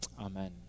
Amen